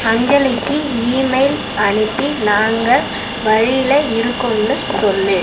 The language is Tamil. அஞ்சலிக்கு இமெயில் அனுப்பி நாங்கள் வழியில் இருக்கோம்னு சொல்